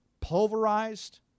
pulverized